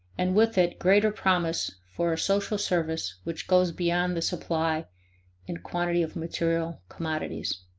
and with it greater promise for a social service which goes beyond the supply in quantity of material commodities.